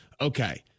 okay